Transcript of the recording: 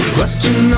Question